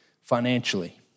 financially